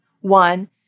One